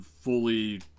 fully